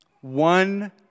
one